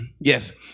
Yes